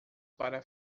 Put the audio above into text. para